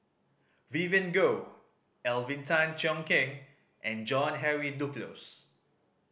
Vivien Goh Alvin Tan Cheong Kheng and John Henry Duclos